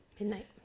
Midnight